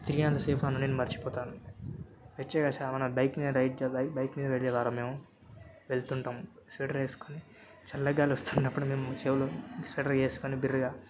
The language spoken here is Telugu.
తిరిగినంత సేపు నన్ను నేను మరిచిపోతాను వెచ్చగాసేమన్నా బైక్ని మీద రైడ్ చే బైక్ మీద వెళ్ళేవారము మేము వెళ్తుంటాం స్వెటర్ వేసుకోని చల్లగాలి వస్తున్నప్పుడు మేము చెవులు స్వెటర్ వేసుకుని బిర్రుగా